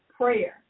prayer